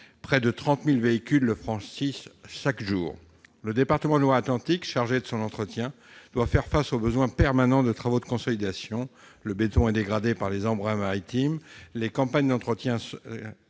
Près de 30 000 véhicules le franchissent chaque jour. Le département de Loire-Atlantique, chargé de son entretien, doit faire face aux besoins permanents de travaux de consolidation. Le béton est dégradé par les embruns maritimes. Les campagnes d'entretien sont